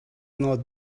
not